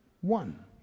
One